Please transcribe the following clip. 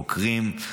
חוקרים,